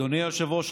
אדוני היושב-ראש,